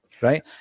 Right